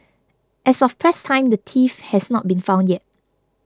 as of press time the thief has not been found yet